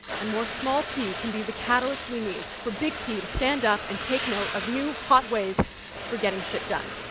and more small p can be the catalyst we need for big p to stand up and take note of new, hot ways for getting shit done.